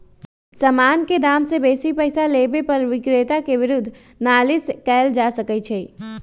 समान के दाम से बेशी पइसा लेबे पर विक्रेता के विरुद्ध नालिश कएल जा सकइ छइ